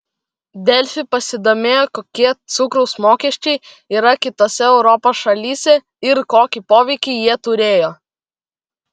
delfi pasidomėjo kokie cukraus mokesčiai yra kitose europos šalyse ir kokį poveikį jie turėjo